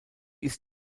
ist